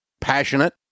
Passionate